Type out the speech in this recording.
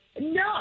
no